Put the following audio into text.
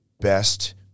best